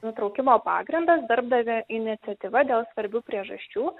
nutraukimo pagrindas darbdavio iniciatyva dėl svarbių priežasčių